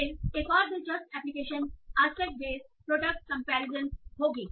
फिर एक और दिलचस्प application aspect based product comparison होगी